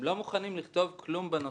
הם לא מוכנים לכתוב כלום בנושא.